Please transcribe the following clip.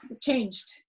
changed